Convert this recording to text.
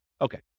Okay